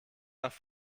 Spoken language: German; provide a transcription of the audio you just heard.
nach